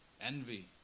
envy